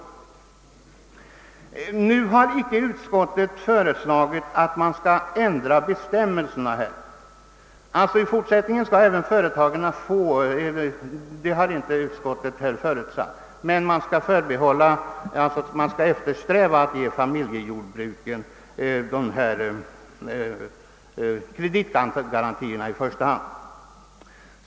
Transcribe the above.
Utskottet har icke föreslagit att bestämmelserna skall ändras, så att företagen i fortsättningen skall få stöd, utan endast att man skall eftersträva att ge familjejordbruken dessa kreditgarantier i första hand.